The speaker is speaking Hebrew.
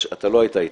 אתה לא היית איתי,